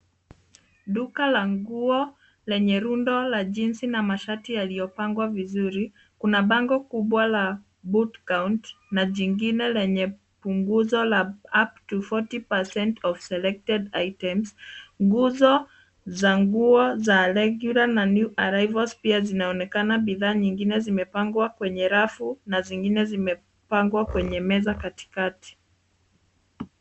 Duka la nguo lenye rundo la jinsi na mashati yaliyopangwa vizuri. Kuna bango kubwa la Boot Count na jingine lenye punguzo la Up to 40% of Selected Items . Punguzo za nguo za Regular na New Arrivals pia zinaonekana. Bidhaa nyingine zimepangwa kwenye rafu na zingine zimepangwa kwenye meza katikati.